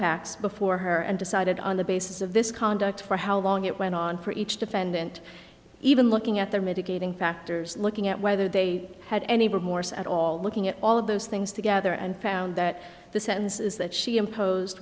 pacs before her and decided on the basis of this conduct for how long it went on for each defendant even looking at the mitigating factors looking at whether they had any morse at all looking at all of those things together and found that the sentences that she impose